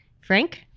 Frank